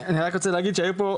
אני רק רוצה להגיד שהיו פה,